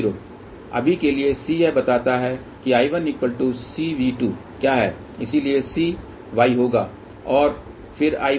अभी के लिए C यह बताता है कि I1CV2 क्या है इसलिए C Y होगा और फिर I1 यह अभिव्यक्ति यहाँ से यहाँ फिर I1CV2 DI2 है